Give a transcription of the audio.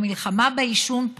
למלחמה בעישון פרופר,